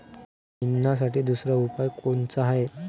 निंदनासाठी दुसरा उपाव कोनचा हाये?